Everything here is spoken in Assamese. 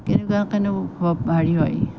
কেনেকুৱাকৈনো হেৰি হয়